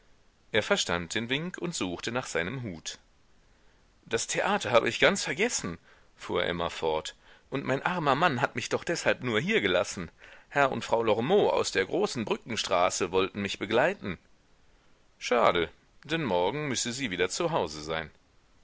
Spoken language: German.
er verstand den wink und suchte nach seinem hut das theater habe ich ganz vergessen fuhr emma fort und mein armer mann hat mich doch deshalb nur hiergelassen herr und frau lormeaux aus der großenbrückenstraße wollten mich begleiten schade denn morgen müsse sie wieder zu hause sein